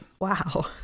Wow